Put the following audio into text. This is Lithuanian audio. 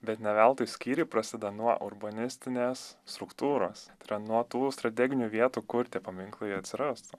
bet ne veltui skyriai prasideda nuo urbanistinės struktūros tai yra nuo tų strateginių vietų kur tie paminklai atsirastų